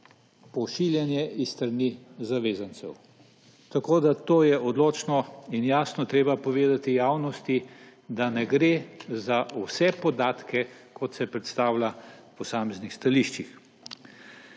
pošiljane s strani zavezancev. Tako je to odločno in jasno treba povedati javnosti, da ne gre za vse podatke, kot se predstavlja v posameznih stališčih.